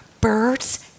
Birds